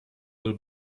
will